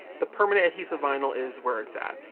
the permanent adhesive vinyl is where it's at.